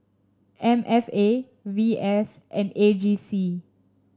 M F A V S and A G C